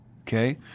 okay